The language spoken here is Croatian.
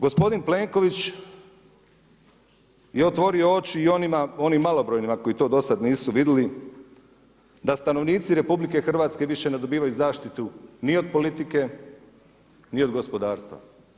Gospodin Plenković je otvorio oči i onim malobrojnima koji to dosad nisu vidjeli da stanovnici RH više ne dobivaju zaštitu ni od politike ni od gospodarstva.